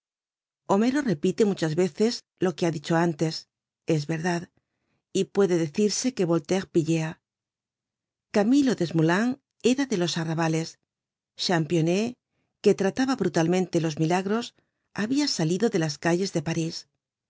homero repite muchas veces lo que ha dicho antes es verdad y puede decirse que voltaire pillea camilo desmoulins era de los arrabales championet que trataba brutalmente los milagros habia salido de las calles de parís